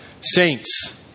Saints